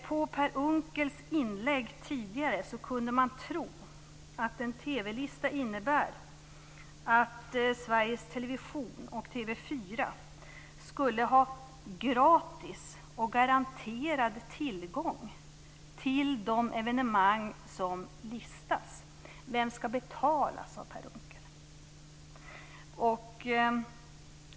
Av Per Unckels inlägg tidigare kunde man tro att en TV-lista innebär att Sveriges Television och TV 4 skulle ha gratis och garanterad tillgång till de evenemang som listas. Vem skall betala? sade Per Unckel.